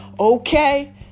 Okay